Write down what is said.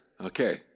Okay